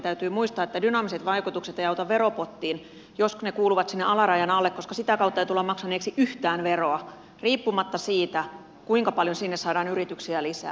täytyy muistaa että dynaamiset vaikutukset eivät auta veropottiin jos ne kuuluvat sinne alarajan alle koska sitä kautta ei tulla maksaneeksi yhtään veroa riippumatta siitä kuinka paljon sinne saadaan yrityksiä lisää